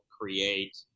create